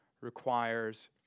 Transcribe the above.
requires